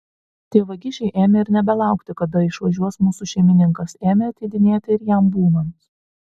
tie vagišiai ėmė ir nebelaukti kada išvažiuos mūsų šeimininkas ėmė ateidinėti ir jam būnant